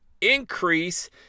increase